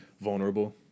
vulnerable